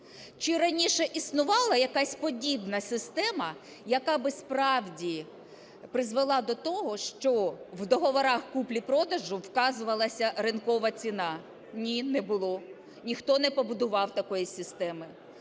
Чи раніше існувала якась подібна система, яка б справді призвела до того, що в договорах куплі-продажу вказувалася ринкова ціна? Ні, не було, ніхто не побудував такої системи,